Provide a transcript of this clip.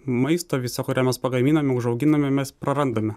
maisto viso kurį mes pagaminame užauginame mes prarandame